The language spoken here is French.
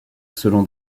selon